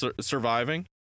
surviving